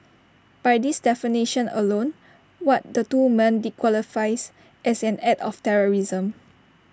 by this definition alone what the two men did qualifies as an act of terrorism